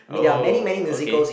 uh okay